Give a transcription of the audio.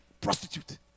prostitute